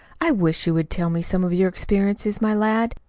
i wish you would tell me some of your experiences, my lad.